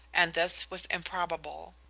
and this was improbable.